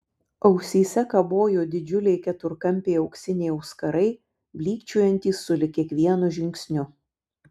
ausyse kabojo didžiuliai keturkampiai auksiniai auskarai blykčiojantys sulig kiekvienu žingsniu